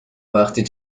وقتی